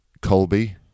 Colby